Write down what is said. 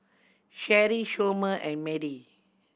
Sherry Somer and Madie